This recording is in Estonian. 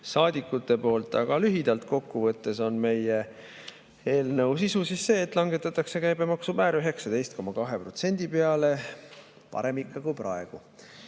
poolt. Aga lühidalt kokku võttes on meie eelnõu sisu see, et langetatakse käibemaksumäär 19,2% peale. Parem ikka kui praegu.